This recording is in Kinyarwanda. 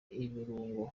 ibirungo